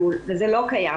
וזה לא קיים,